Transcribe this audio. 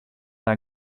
dans